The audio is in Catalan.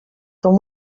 com